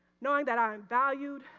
knowing that i'm valued,